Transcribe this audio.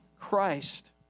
Christ